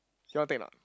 you want take or not